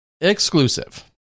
exclusive